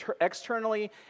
externally